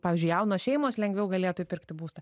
pavyzdžiui jaunos šeimos lengviau galėtų įpirkti būstą